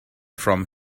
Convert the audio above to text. from